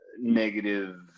negative